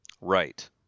Right